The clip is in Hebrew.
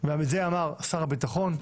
אריאל שרון,